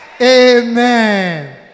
Amen